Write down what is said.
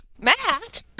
Matt